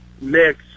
mix